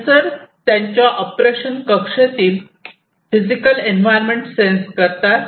sensors त्यांच्या operation कक्षेतील physical environment sense करतात